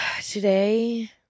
Today